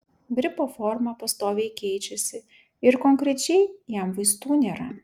gripo forma pastoviai keičiasi ir konkrečiai jam vaistų nėra